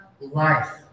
life